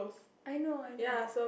I know I know